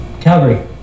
Calgary